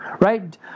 Right